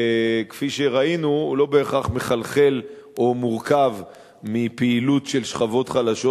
וכפי שראינו הוא לא בהכרח מחלחל או מורכב מפעילות של שכבות חלשות.